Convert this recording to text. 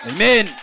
Amen